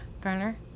Garner